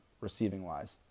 receiving-wise